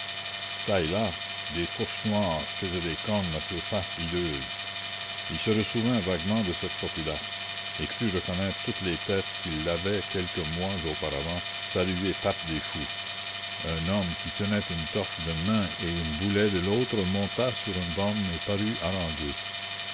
des fourches noires faisaient des cornes à ces faces hideuses il se ressouvint vaguement de cette populace et crut reconnaître toutes les têtes qui l'avaient quelques mois auparavant salué pape des fous un homme qui tenait une torche d'une main et une boullaye de l'autre monta sur une borne et parut